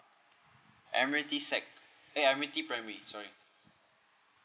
admiralty secondary eh admiralty primary sorry